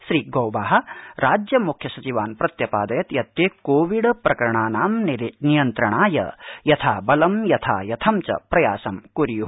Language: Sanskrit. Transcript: श्री गौबा राज्य मुख्य सचिवान् प्रत्यपादयत् यत् ते कोविड प्रकरणानां नियन्त्रणाय यथाबलं यथायथं चप्रयासं कुर्यु